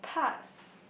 for part